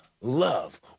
love